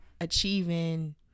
achieving